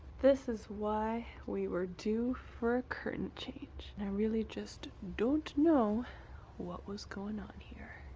this is why we were due for a curtain change, i really just don't know what was going on here?